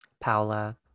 Paola